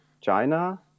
China